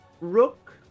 Rook